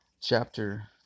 Chapter